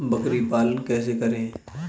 बकरी पालन कैसे करें?